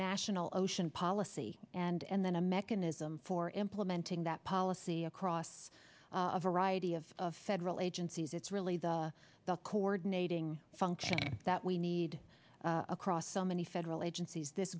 national ocean policy and then a mechanism for implementing that policy across a variety of federal agencies it's really the the coordinating function that we need across so many federal agencies this